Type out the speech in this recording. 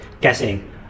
guessing